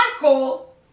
Michael